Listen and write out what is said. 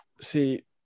See